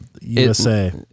usa